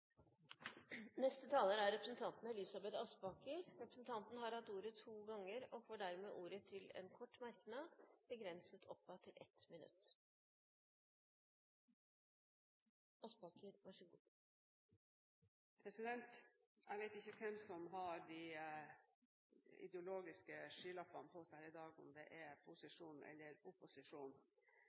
Representanten Elisabeth Aspaker har hatt ordet to ganger og får ordet til en kort merknad, begrenset til 1 minutt. Jeg vet ikke hvem som har de ideologiske skylappene på seg her i dag, om det er posisjonen eller